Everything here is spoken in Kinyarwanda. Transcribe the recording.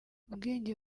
ubwenge